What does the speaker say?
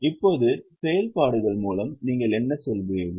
இப்போது செயல்பாடுகள் மூலம் நீங்கள் என்ன சொல்கிறீர்கள்